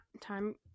time